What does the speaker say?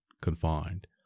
confined